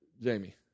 Jamie